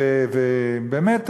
ובאמת,